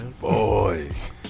boys